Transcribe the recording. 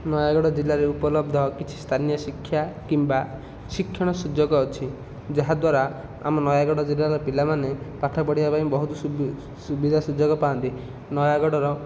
ନୟାଗଡ଼ ଜିଲ୍ଲାରେ ଉପଲବ୍ଧ କିଛି ସ୍ଥାନୀୟ ଶିକ୍ଷା କିମ୍ବା ଶିକ୍ଷଣ ସୁଯୋଗ ଅଛି ଯାହାଦ୍ୱାରା ଆମ ନୟାଗଡ଼ ଜିଲ୍ଲାର ପିଲାମାନେ ପାଠ ପଢ଼ିବାପାଇଁ ବହୁତ ସୁବିଧା ସୁଯୋଗ ପାଆନ୍ତି ନୟାଗଡ଼ର